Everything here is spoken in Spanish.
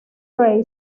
trade